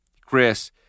Chris